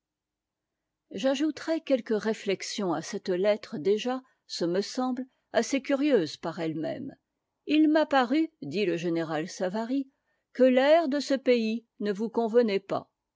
j'ajouterai quelques réflexions à cette lettre déjà ce me semble assez curieuse par elle-même h m'a paru dit le généra savary que l'atr de ce pays ke vous coxvenatr pas